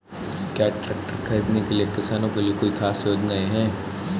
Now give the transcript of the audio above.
क्या ट्रैक्टर खरीदने के लिए किसानों के लिए कोई ख़ास योजनाएं हैं?